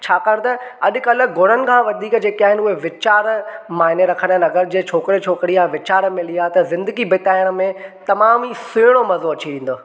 छाकाणि त अॼु कल्ह गुणनि खां वधीक जेका आहिनि उहे वीचार माइने रखंदा आहिनि अगरि जे छोकिरे छोकिरी जा वीचारु मिली विया त ज़िंदगी बिताइण में तमाम ई सुहिणो मज़ो अची वेंदो